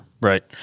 Right